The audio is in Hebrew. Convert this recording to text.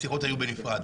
השיחות היו בנפרד.